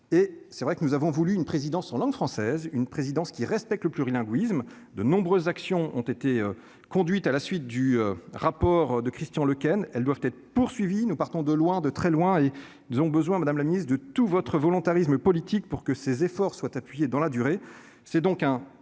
et c'est vrai que nous avons voulu une présidence en langue française, une présidence qui respecte le plurilinguisme, de nombreuses actions ont été conduites à la suite du rapport de Christian Lequesne, elles doivent être poursuivis, nous partons de loin de très loin et ils ont besoin, madame la ministre, de tout votre volontarisme politique pour que ces efforts soient appuyer dans la durée,